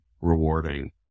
rewarding